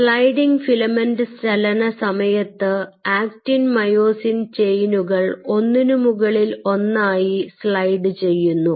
sliding filament ചലനസമയത്ത് actin myosin ചെയിനുകൾ ഒന്നിനു മുകളിൽ ഒന്നായി ആയി സ്ലൈഡ് ചെയ്യുന്നു